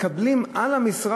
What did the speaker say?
מקבלים על המשרה